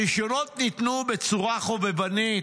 הרישיונות ניתנו בצורה חובבנית: